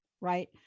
right